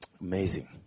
amazing